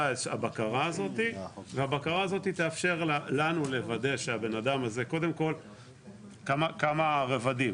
הבקרה הזאת והבקרה הזאת תאפשר לנו לוודא כמה רבדים,